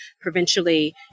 provincially